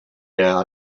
our